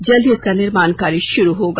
जल्द ही इसका निर्माण कार्य शुरू होगा